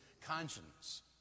conscience